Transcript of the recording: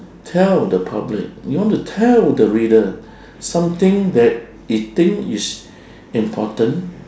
tell the public you want to tell the reader something that it think is important